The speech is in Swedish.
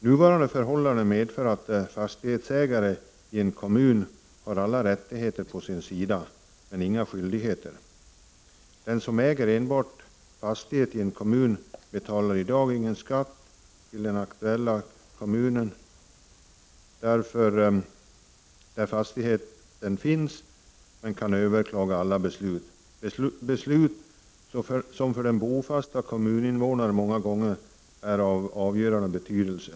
Nuvarande förhållanden innebär att en fastighetsägare i en kommun har alla rättigheter på sin sida men inga skyldigheter. Den som enbart äger en fastighet i en kommun betalar i dag ingen skatt till den kommun där fastigheten finns, men kan överklaga alla beslut — beslut som för den bofasta kommuninvånaren många gånger kan vara av avgörande betydelse.